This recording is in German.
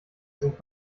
sind